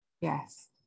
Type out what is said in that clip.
Yes